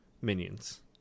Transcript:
minions